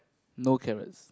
no carrots